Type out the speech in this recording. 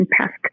past